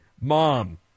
Mom